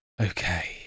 Okay